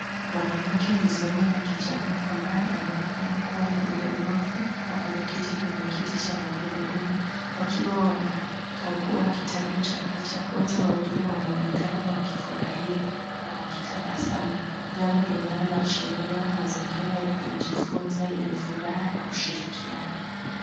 Mwanamke mzima na kijana ambaye anaonekana kuwa na ulemavu na ameketi kwenye kiti cha magurudumu wakiwa wanakagua kitabu cha picha. Wote wawili wanaonekana wakifurahia na wakitabasamu, jambo linaloashiria mazingira ya kujifunza yenye furaha na ushirikiano.